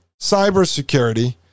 cybersecurity